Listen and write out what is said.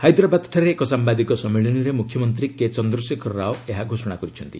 ହାଇଦ୍ରାବାଦଠାରେ ଏକ ସାମ୍ଭାଦିକ ସମ୍ମିଳନୀରେ ମୁଖ୍ୟମନ୍ତ୍ରୀ କେ ଚନ୍ଦ୍ର ଶେଖର ରାଓ ଏହା ଘୋଷଣା କରିଛନ୍ତି